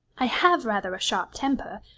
i have rather a sharp temper,